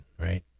Right